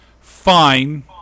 Fine